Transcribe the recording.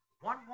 One